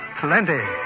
Plenty